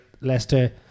Leicester